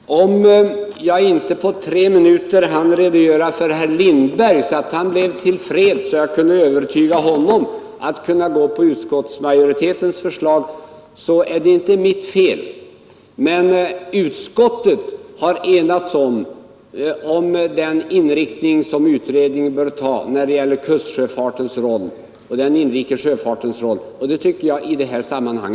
Fru talman! Om jag inte på tre minuter hann lämna en sådan redogörelse att herr Lindberg blev till freds och kände sig övertygad om att han bör gå på majoritetens förslag, är det inte mitt fel. Utskottet har emellertid enats om att även kustsjöfartens och den inrikes sjöfartens roll bör prövas, och det tycker jag räcker i detta sammanhang.